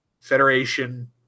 Federation